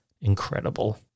Incredible